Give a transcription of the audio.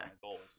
goals